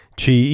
ci